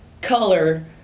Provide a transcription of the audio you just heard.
color